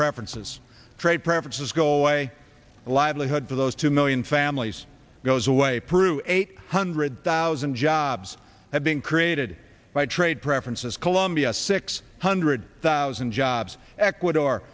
preferences trade preferences go away the livelihood for those two million families goes away peru eight hundred thousand jobs have been created by trade preferences colombia six hundred thousand jobs ecuador